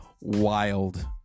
wild